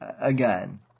Again